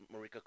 Marika